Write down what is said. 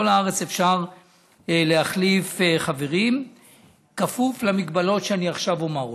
בכל הארץ אפשר להחליף חברים כפוף למגבלות שאני עכשיו אומר אותן.